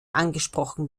angesprochen